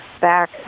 back